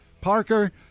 Parker